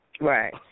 Right